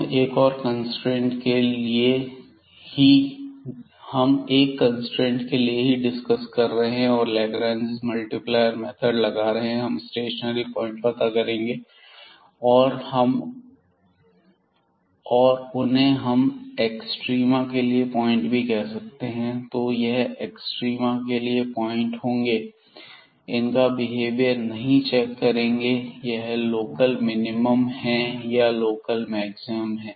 हम एक कंस्ट्रेंट के लिए ही डिस्कस कर रहे हैं और लाग्रांज मल्टीप्लायर मेथड लगा रहे हैं हम स्टेशनरी प्वाइंट पता करेंगे और उन्हें हम एक्सट्रीमा के लिए पॉइंट भी कह सकते हैं तो यह एक्सट्रीमा के लिए पॉइंट होंगे हम इनका बिहेवियर नहीं चेक करेंगे कि यह लोकल मिनिमम हैं या लोकल मैक्सिमम है